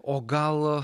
o gal